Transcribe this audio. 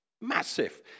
Massive